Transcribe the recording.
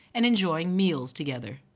and enjoying meals together.